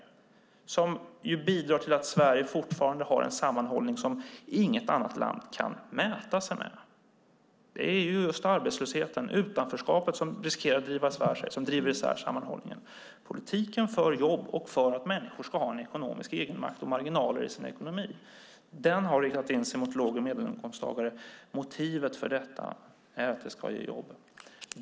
Det bidrar till att Sverige fortfarande har en sammanhållning som inget annat land kan mäta sig med. Det är just arbetslösheten och utanförskapet som riskerar att driva isär sammanhållningen. Politiken för jobb och för att människor ska ha en ekonomisk egenmakt och marginaler i sin ekonomi har riktat in sig mot låg och medelinkomsttagare. Motivet för detta är att det ska ge jobb.